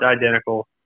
identical